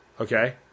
Okay